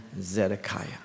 Zedekiah